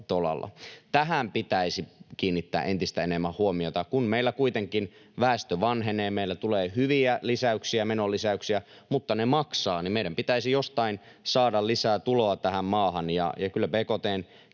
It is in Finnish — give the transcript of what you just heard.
Tähän pitäisi kiinnittää entistä enemmän huomiota, kun meillä kuitenkin väestö vanhenee. Meille tulee hyviä menonlisäyksiä, mutta kun ne maksavat, niin meidän pitäisi jostain saada lisää tuloa tähän maahan,